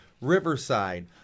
Riverside